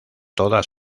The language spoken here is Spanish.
toda